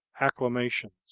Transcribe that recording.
acclamations